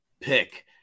pick